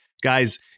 Guys